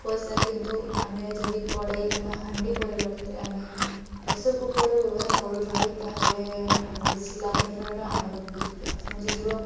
ପଇସା କିନ୍ତୁ ଆମେ ଯଦି କଡ଼ାଇ କିମ୍ବା ହାଣ୍ଡି ପରିବର୍ତ୍ତେ ଆମେ ପ୍ରେସର୍ କୁକର୍ର ବ୍ୟବହାର କରୁଛନ୍ତି ତା'ହେଲେ ଆମେ ବେଶି ଲାଭରେ ରହିବା ଆମର ବହୁତ ଗ୍ୟାସ୍ ବଞ୍ଚିଯିବ